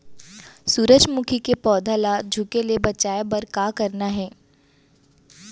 सूरजमुखी के पौधा ला झुके ले बचाए बर का करना हे?